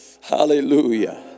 Hallelujah